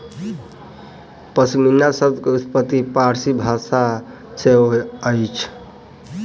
पश्मीना शब्द के उत्पत्ति फ़ारसी भाषा सॅ सेहो अछि